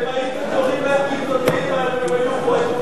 אתם הייתם קוראים להם קיצוניים,